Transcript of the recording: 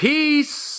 Peace